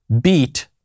beat